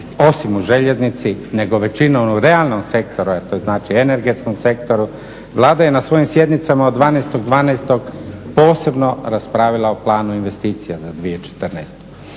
osim u željeznici nego većinu u onom realnom sektoru, a to znači energetskom sektoru. Vlada je na svojim sjednicama od 12.12. posebno raspravila o planu investicija za 2014.